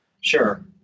Sure